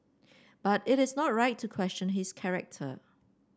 but it is not right to question his character